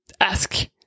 ask